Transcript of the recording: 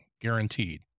guaranteed